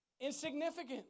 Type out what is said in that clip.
insignificant